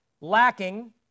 lacking